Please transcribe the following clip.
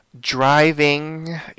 driving